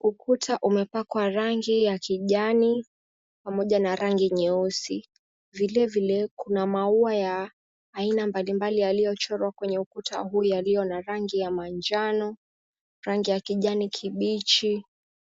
Ukuta umepakwa rangi ya kijani pamoja na rangi nyeusi. Vilevile kuna maua ya aina mbalimbali yaliyochorwa kwenye ukuta huu yaliyo na rangi ya manjano, rangi ya kijani kibichi.